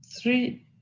three